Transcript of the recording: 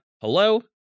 hello